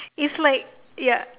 it's like ya